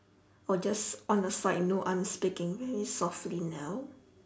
oh just on the side note I'm speaking very softly now